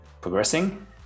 progressing